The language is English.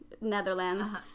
Netherlands